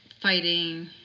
fighting